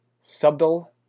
subtle